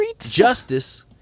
justice